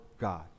God